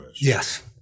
Yes